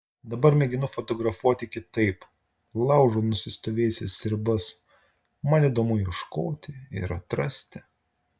dabar mėginu fotografuoti kitaip laužau nusistovėjusias ribas man įdomu ieškoti ir atrasti